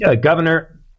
Governor